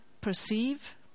perceive